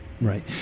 right